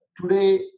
today